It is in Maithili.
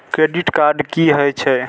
क्रेडिट कार्ड की हे छे?